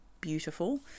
beautiful